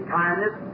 kindness